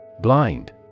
Blind